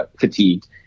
fatigued